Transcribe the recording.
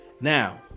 now